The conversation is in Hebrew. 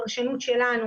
הפרשנות שלנו